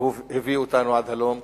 הביאו אותנו עד הלום.